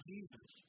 Jesus